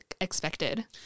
expected